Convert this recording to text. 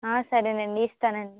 సరే అండి ఇస్తాను అండి